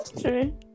true